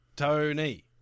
Tony